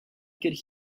could